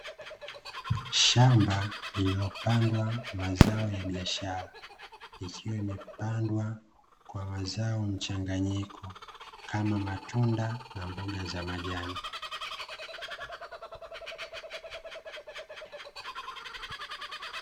Shamba lililopandwa mazao ya biashara, ikiwa imepandwa kwa mazao mchanganyiko, kama matunda na mboga za majani.